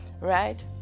Right